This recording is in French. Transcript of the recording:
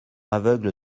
aveugle